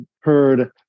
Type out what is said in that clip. heard